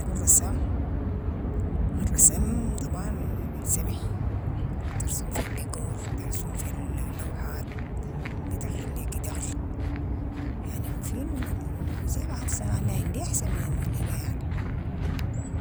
تكون رسام، الرسام طبعا سمح، بترسم في الديكور، ترسم في لوحات، بدخل ليكي دخل، يعني مفيد من الموسيقى، حسي انا عني أحسن من الموسيقى يعني.